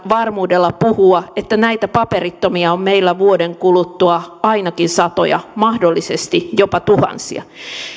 varmuudella puhua että näitä paperittomia on meillä vuoden kuluttua ainakin satoja mahdollisesti jopa tuhansia